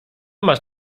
masz